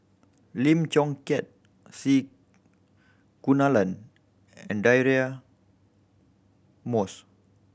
Lim Chong Keat C Kunalan and Deirdre Moss